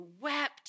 wept